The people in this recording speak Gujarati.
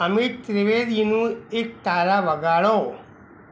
અમિત ત્રિવેદીનું ઈકતારા વગાડો